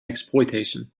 exploitation